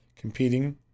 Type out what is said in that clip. competing